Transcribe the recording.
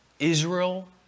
Israel